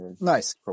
nice